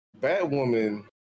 Batwoman